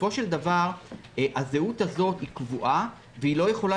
בסופו של דבר הזהות הזאת קבועה ולא יכולה